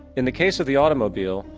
in the case of the automobile,